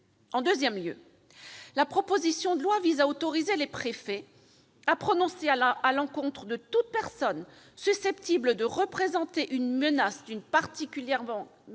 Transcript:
En deuxième lieu, la proposition de loi vise à autoriser les préfets à prononcer, à l'encontre de toute personne susceptible de représenter une menace d'une particulière